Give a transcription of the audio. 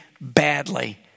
badly